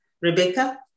Rebecca